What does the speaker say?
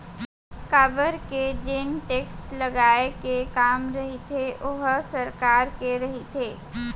काबर के जेन टेक्स लगाए के काम रहिथे ओहा सरकार के रहिथे